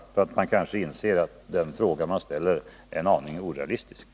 Då kanske man inser att det man begär är en aning orealistiskt.